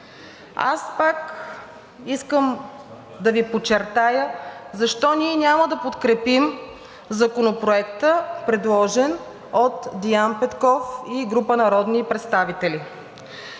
Искам да Ви подчертая защо ние няма да подкрепим Законопроекта, предложен от Деян Петков и група народни представители.